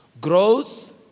Growth